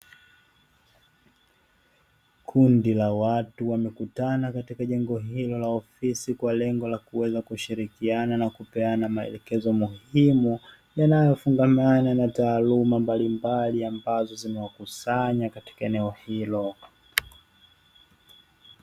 Kundi la watu wamekutana katika jengo hilo la ofisi kwa lengo la kuweza kushirikiana na kupeana maelekezo muhimu yanayofungamana na taaluma mbalimbali ambazo zimewakusanya katika eneo hilo.